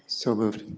so moved.